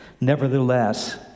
nevertheless